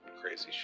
crazy